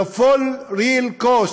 the full real cost